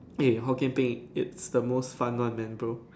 eh Hokkien thing it's the most fun one man bro